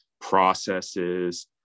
processes